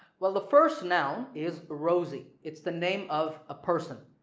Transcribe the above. well the first noun is rosie it's the name of a person.